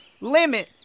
Limit